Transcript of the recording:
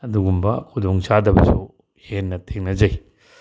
ꯑꯗꯨꯒꯨꯝꯕ ꯈꯨꯗꯣꯡ ꯆꯥꯗꯕꯁꯨ ꯍꯦꯟꯅ ꯊꯦꯡꯅꯖꯩ